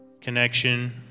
Connection